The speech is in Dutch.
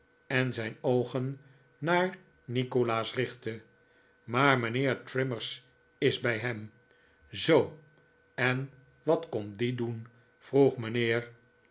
en zijn oogen naar nikolaas richtte maar mijnheer trimmers is bij hem zoo en wat komt die doen vroeg mijnheer